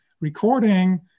recording